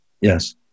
Yes